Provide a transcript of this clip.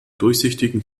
durchsichtigen